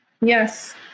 Yes